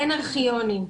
אין ארכיונים,